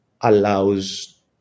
allows